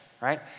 right